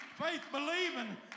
faith-believing